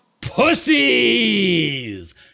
pussies